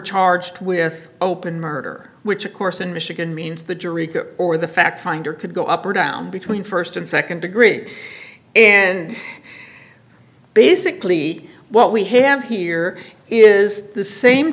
charged with open murder which of course in michigan means the jury or the fact finder could go up or down between st and nd degree and basically what we have here is the same